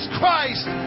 Christ